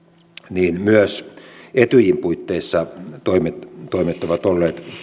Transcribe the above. niin myös etyjin puitteissa toimet toimet ovat olleet